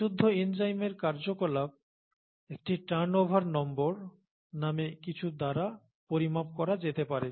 বিশুদ্ধ এনজাইমের কার্যকলাপ একটি টার্নওভার নম্বর নামে কিছু দ্বারা পরিমাপ করা যেতে পারে